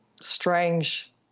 strange